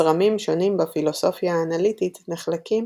זרמים שונים בפילוסופיה האנליטית נחלקים